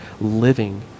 living